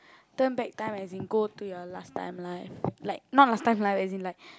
turn back time as in go to your last time life like not last time life as in like